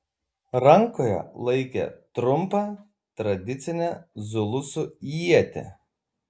rankoje laikė trumpą tradicinę zulusų ietį